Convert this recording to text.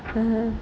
mmhmm